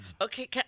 Okay